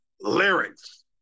lyrics